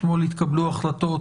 אתמול התקבלו החלטות